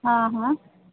हां